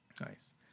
nice